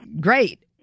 great